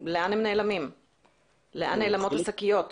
לאן נעלמות השקיות?